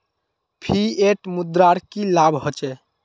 Fiat मुद्रार की लाभ होचे?